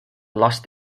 last